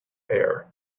air